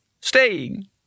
staying